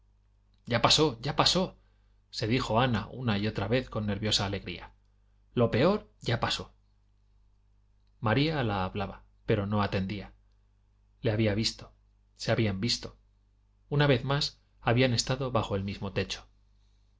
ya pasó ya pasó se dijo ana una y otra vez con nerviosa alegría lo peor ya pasó maría la hablaba pero no atendía le había visto se habían visto una vez más habían estado bajo el mismo techo